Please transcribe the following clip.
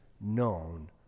known